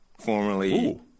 formerly